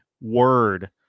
word